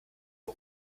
ihr